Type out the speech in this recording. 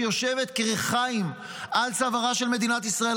שיושבת כריחיים על צווארה של מדינת ישראל,